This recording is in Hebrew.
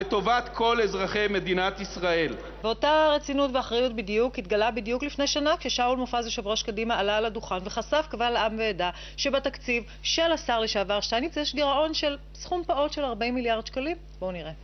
לטובת כל אזרחי מדינת ישראל. באותה רצינות ואחריות בדיוק התגלה בדיוק לפני שנה כששאול מופז יושב ראש קדימה עלה על הדוכן וחשף קבל עם ועדה שבתקציב של השר לשעבר שטייניץ יש גירעון של סכום פעוט של ארבעים מיליארד שקלים. בואו נראה